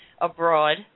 abroad